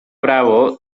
bravo